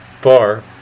far